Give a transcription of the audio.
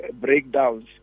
breakdowns